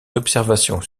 observations